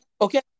okay